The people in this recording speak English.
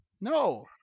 No